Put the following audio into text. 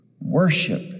Worship